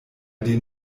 den